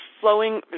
flowing